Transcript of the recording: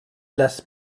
las